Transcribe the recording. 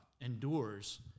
endures